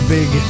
Big